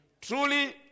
Truly